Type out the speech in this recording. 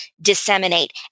disseminate